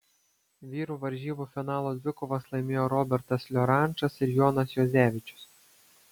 vyrų varžybų finalo dvikovas laimėjo robertas liorančas ir jonas juozevičius